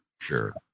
sure